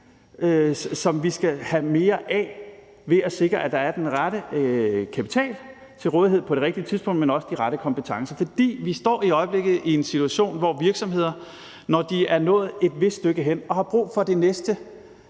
som vi skal have mere af ved at sikre, at der er den rette kapital til rådighed på det rigtige tidspunkt, men også de rette kompetencer. For vi står i øjeblikket i en situation, hvor virksomheder, når de er nået et vist stykke hen og har brug for det næste